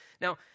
Now